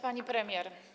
Pani Premier!